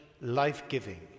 life-giving